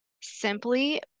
Simply